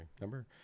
number